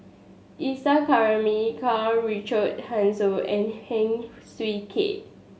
Isa Kamari Karl Richard Hanitsch and Heng Swee Keat